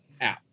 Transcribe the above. out